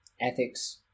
ethics